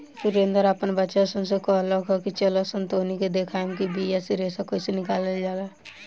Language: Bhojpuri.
सुरेंद्र आपन बच्चा सन से कहलख की चलऽसन तोहनी के देखाएम कि बिया से रेशा कइसे निकलाल जाला